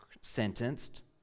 sentenced